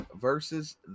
versus